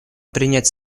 принять